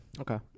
okay